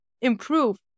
improve